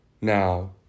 Now